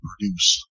produce